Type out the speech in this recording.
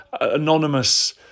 anonymous